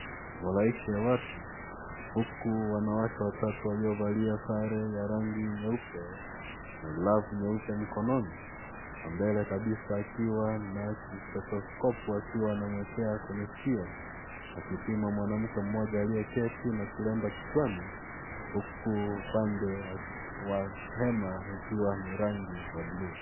Halaika ya watu huku wanawake watatu waliovalia sare ya rangi nyeupe na glovu nyeupe mkononi wa mbele kabisa akiwa na stetoscope akiwa anamwekea kwenye sikio akipima mwanamke mmoja aliyeketi na kilemba kichwani huku upande wa hema ikiwa ni rangi ya bluu.